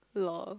lol